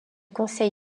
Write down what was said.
conseil